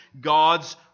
God's